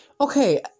Okay